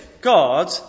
God